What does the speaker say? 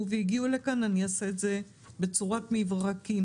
והגיעו לכאן אני אעשה את זה בצורת מברקים.